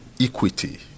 equity